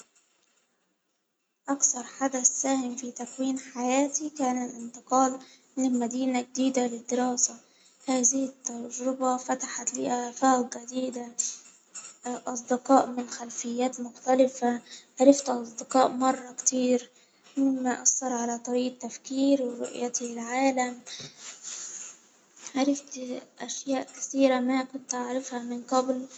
أكثر حدث ساهم في تكوين حياتي كان الإنتقال من مدينة جديدة للدراسة، هذه التجربة فتحت لي آفاق جديدة، الأصدقاء من خلفيات مختلفة، عرفت أصدقاء مرة كتير، مما أثر على طريقة تفكيري ورؤيتي للعالم، عرفت أشياء كثيرة ما كنت أعرفها من قبل.